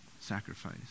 sacrifice